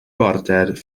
border